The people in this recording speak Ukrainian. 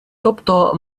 тобто